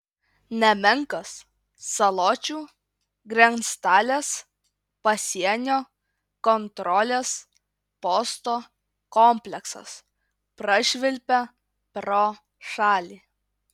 nemenkas saločių grenctalės pasienio kontrolės posto kompleksas prašvilpia pro šalį